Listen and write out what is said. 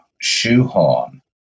shoehorn